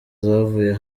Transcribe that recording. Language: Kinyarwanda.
zavuye